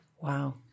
Wow